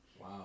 Wow